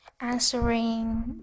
answering